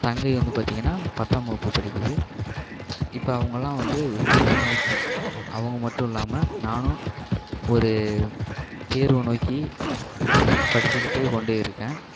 தங்கை வந்து பார்த்தீங்கன்னா பத்தாம் வகுப்பு படிக்குது இப்போது அவர்களாம் வந்து தேர்வு நோக்கி அவங்க மட்டும் இல்லாமல் நானும் ஒரு தேர்வை நோக்கி படிச்சுகிட்டு கொண்டு இருக்கேன்